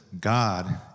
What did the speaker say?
God